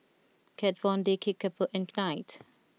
Kat Von D Kickapoo and Knight